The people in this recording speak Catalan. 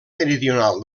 meridional